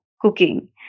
cooking